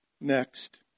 Next